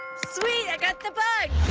sweet! i got the bugs!